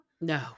No